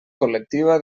col·lectiva